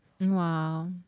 wow